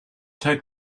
take